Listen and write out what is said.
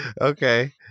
Okay